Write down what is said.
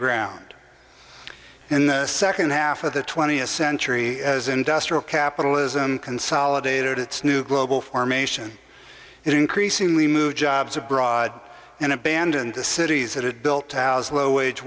ground in the second half of the twentieth century as industrial capitalism consolidated its new global formation and increasingly move jobs abroad and abandon the cities that had built a house low wage